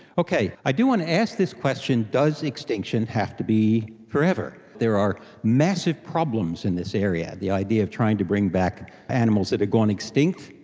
okay, i do want to ask this question does extinction have to be forever? there are massive problems in this area, the idea of trying to bring back animals that have gone extinct.